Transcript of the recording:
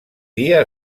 dia